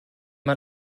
man